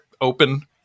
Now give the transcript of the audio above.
open